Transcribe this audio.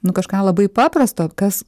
nu kažką labai paprasto kas